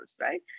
right